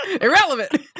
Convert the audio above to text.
Irrelevant